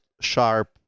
sharp